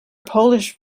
polish